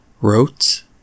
Wrote